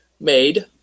made